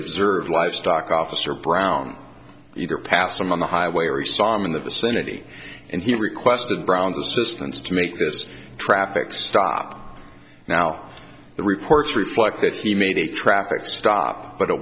serve livestock officer brown either pass them on the highway or we saw him in the vicinity and he requested brown the systems to make this traffic stop now the reports reflect that he made a traffic stop but it